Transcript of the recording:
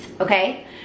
okay